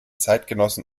zeitgenossen